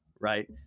right